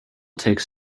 takes